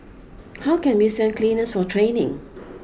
how can we send cleaners for training